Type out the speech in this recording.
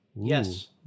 yes